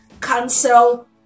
cancel